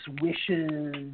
wishes